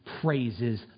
praises